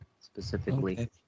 specifically